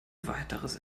weiteres